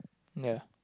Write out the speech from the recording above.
ya